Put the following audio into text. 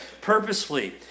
purposefully